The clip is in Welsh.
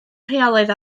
rheolaidd